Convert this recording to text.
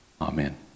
Amen